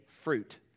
fruit